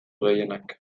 gehienak